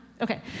Okay